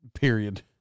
Period